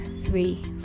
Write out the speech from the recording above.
three